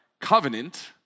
covenant